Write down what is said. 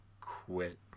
quit